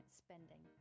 spending